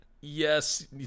yes